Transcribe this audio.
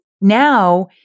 now